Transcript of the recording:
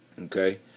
okay